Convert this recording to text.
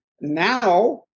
Now